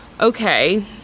Okay